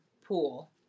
Pool